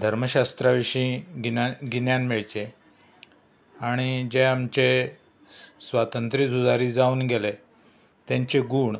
धर्मशास्त्रा विशीं गिन्या गिन्यान मेळचें आनी जे आमचे स्वातंत्र्य झुजारी जावन गेले तांचे गूण